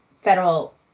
federal